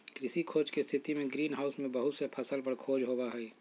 कृषि खोज के स्थितिमें ग्रीन हाउस में बहुत से फसल पर खोज होबा हई